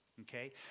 Okay